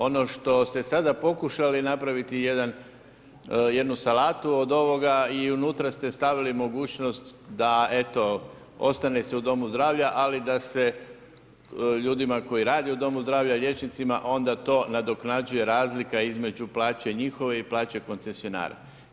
Ono što ste sada pokušali napraviti je jednu salatu od ovoga i unutra ste stavili mogućnost da eto ostane se u domu zdravlja, ali da se ljudima koji rade u domu zdravlja liječnicima onda to nadoknađuje razlika između plaće njihove i plaće koncesionara.